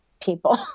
people